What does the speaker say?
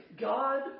God